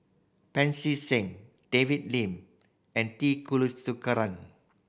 Pancy Seng David Lim and T Kulasekaram